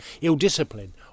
ill-discipline